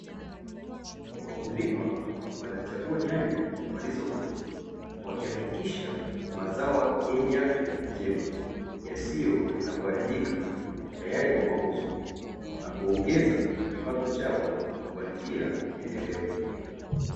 Wakulima wanachagua nyanya walizo vuna wakihakikisha mazao yenye afya njema yasiyo na kuharibika, tayarli kwa mauzo na kuongeza kipato chao kwa njia endelevu.